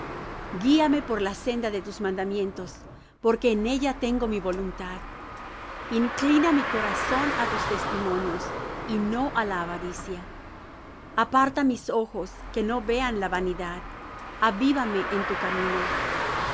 guíame por la senda de tus mandamientos porque en ella tengo mi voluntad inclina mi corazón á tus testimonios y no á la avaricia aparta mis ojos que no vean la vanidad avívame en tu camino